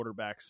quarterbacks